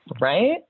Right